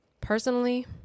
Personally